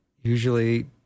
usually